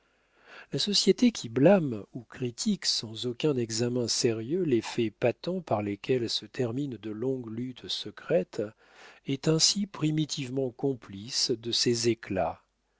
la société qui blâme ou critique sans aucun examen sérieux les faits patents par lesquels se terminent de longues luttes secrètes est ainsi primitivement complice de ces éclats